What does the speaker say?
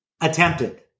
attempted